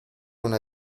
una